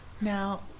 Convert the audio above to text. now